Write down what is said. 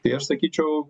tai aš sakyčiau